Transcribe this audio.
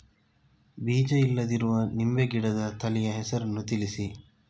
ಬೀಜ ಇಲ್ಲದಿರುವ ನಿಂಬೆ ಗಿಡದ ತಳಿಯ ಹೆಸರನ್ನು ತಿಳಿಸಿ?